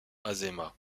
azéma